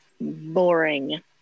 boring